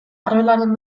arbelaren